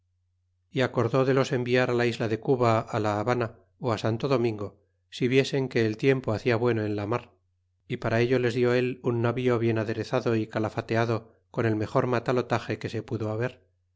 y acordó de los enviar la isla de cuba á la havana ó santo domingo si viesen que el tiempo hacia bueno en la mar y para ello les dió él un navío bien aderezado y calafeteado con el mejor matalotage que se pudo haber